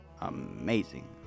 Amazing